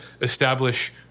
establish